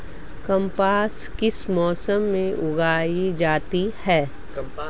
कपास किस मौसम में उगती है?